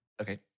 Okay